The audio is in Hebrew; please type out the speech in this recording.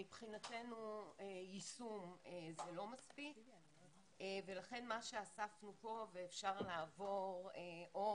מבחינתנו יישום זה לא מספיק ולכן מה שאספנו פה ואפשר להיכנס